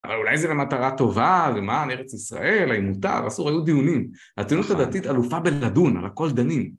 אבל אולי זה למטרה טובה, למען ארץ ישראל, האם מותר, אסור, היו דיונים, הציונות הדתית אלופה בלדון, על הכל דנים